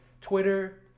Twitter